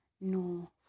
No